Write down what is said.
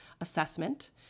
assessment